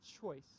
choice